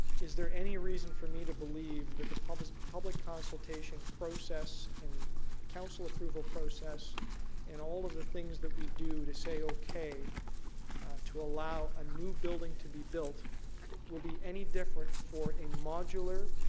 is there any reason for me to believe that the public public consultation process and council approval process in all of the things that we do to say okay to allow a new building to be built will be any different for a modular